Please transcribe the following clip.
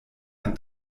ein